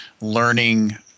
learning